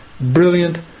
brilliant